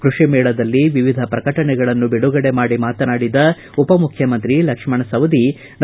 ಕೃಷಿಮೇಳದಲ್ಲಿ ವಿವಿಧ ಪ್ರಕಟಣೆಗಳನ್ನು ಬಿಡುಗಡೆ ಮಾಡಿ ಮಾತನಾಡಿದ ಉಪಮುಖ್ಯಮಂತ್ರಿ ಲಕ್ಷಣ ಸವದಿ ಡಾ